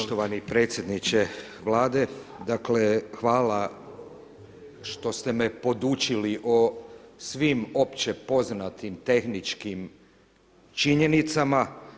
Poštovani predsjedniče Vlade, dakle hvala što ste me podučili o svim opće poznatim tehničkim činjenicama.